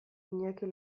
iñaki